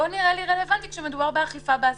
לא נראה לי רלוונטי כשמדובר באכיפה בעסקים.